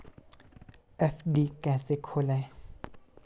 FD कैसे खोलें?